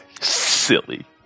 Silly